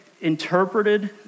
interpreted